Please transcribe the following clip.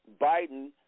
Biden